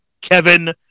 Kevin